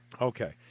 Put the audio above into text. Okay